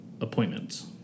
appointments